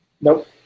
Nope